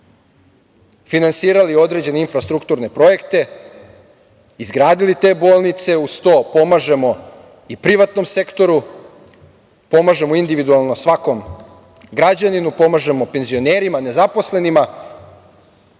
finansirali određene infrastrukturne projekte, izgradili te bolnice. Uz to, pomažemo i privatnom sektoru, pomažemo individualno svakom građaninu, pomažemo penzionerima, nezaposlenima.